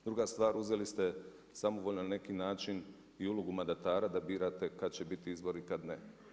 Druga stvar, uzeli ste samovoljno na neki način i ulogu mandatara da birate kad će biti izbori, kad ne.